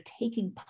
taking